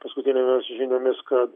paskutinėmis žiniomis kad